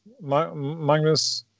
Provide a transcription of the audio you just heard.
Magnus